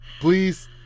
please